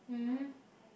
mm